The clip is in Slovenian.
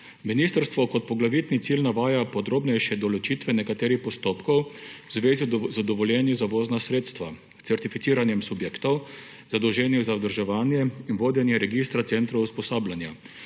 Ministrstvo kot poglavitni cilj navaja podrobnejše določitve nekaterih postopkov v zvezi z dovoljenji za vozna sredstva, certificiranjem subjektov, zadolženih za vzdrževanje in vodenje registra centrov usposabljanja,